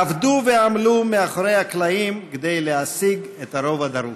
עבדו ועמלו מאחורי הקלעים כדי להשיג את הרוב הדרוש.